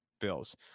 bills